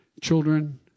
children